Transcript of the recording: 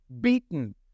beaten